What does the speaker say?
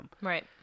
Right